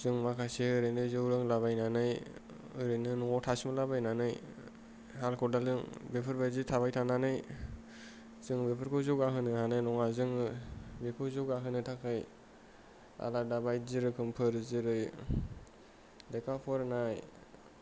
जों माखासे ओरैनो जौ लोंला बायनानै ओरैनो न'वाव थासोमला बायनानै हाल खदालजों बेफोरबायदि थाबाय थानानै जों बेफोरखौ जौगा होनो हानाय नङा जोङो बेखौ जौगा होनो थाखाय आलादा बायदि रोखोमफोर जेरै लेखा फरायनाय